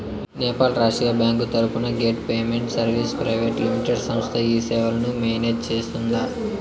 నేపాల్ రాష్ట్రీయ బ్యాంకు తరపున gate payment services private limited సంస్థ ఈ సేవలను మేనేజ్ సేస్తుందా?